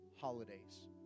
holidays